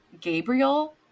Gabriel